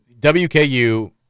WKU